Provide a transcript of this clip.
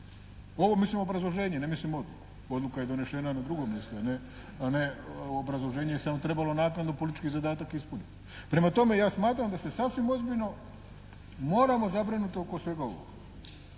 Ovo mislim obrazloženje, ne mislim odluku. Odluka je donešena na drugom mjestu, a ne, obrazloženje je samo trebalo naknadno politički zadatak ispuniti. Prema tome ja smatram da se sasvim ozbiljno moramo zabrinuti oko svega ovoga.